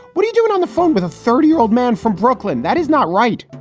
what do you do it on the phone with a thirty year old man from brooklyn? that is not right.